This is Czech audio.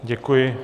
Děkuji.